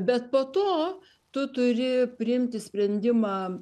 bet po to tu turi priimti sprendimą